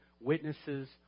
witnesses